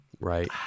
Right